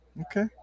okay